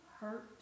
hurt